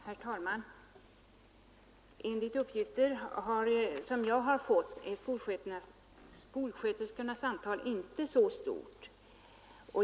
Herr talman! Enligt uppgifter som jag har fått är skolsköterskornas antal inte så stort.